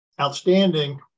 outstanding